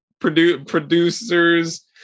producers